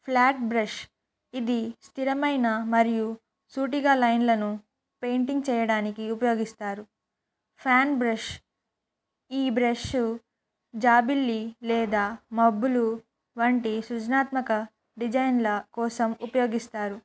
flat brush ఇది స్థిరమైన మరియు సూటిగా లైన్లను పెయింటింగ్ చేయడానికి ఉపయోగిస్తారు ఫ్యాన్ బ్రష్ ఈ బ్రష్ జాబిల్లి లేదా మబ్బులు వంటి సృజనాత్మక డిజైన్ల కోసం ఉపయోగిస్తారు